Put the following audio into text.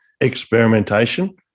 experimentation